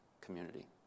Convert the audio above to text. community